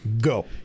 go